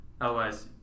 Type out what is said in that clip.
Otherwise